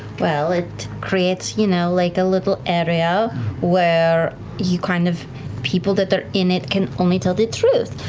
well, it creates, you know, like a little area where you kind of people that are in it can only tell the truth.